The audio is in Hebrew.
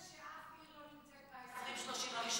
איך זה שאף כיתות, למדד?